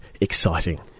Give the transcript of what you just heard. exciting